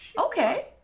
okay